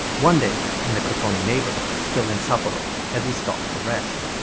one day in the kotoni neighborhood, still in sapporo, as he stopped to rest,